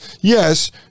Yes